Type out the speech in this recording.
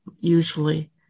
usually